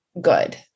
good